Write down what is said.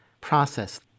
process